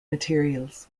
materials